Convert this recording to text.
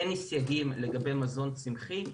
אין סייגים לגבי מזון צמחי,